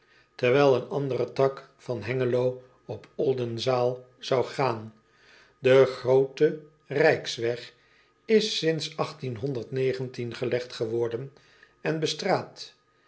terwijl een andere tak van engelo op ldenzaal zou gaan de groote rijksweg is sints gelegd geworden en bestraat